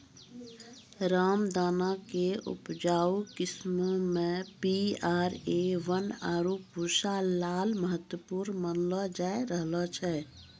रामदाना के उपजाऊ किस्मो मे पी.आर.ए वन, आरु पूसा लाल महत्वपूर्ण मानलो जाय रहलो छै